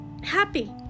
happy